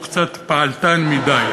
הוא קצת פעלתן מדי.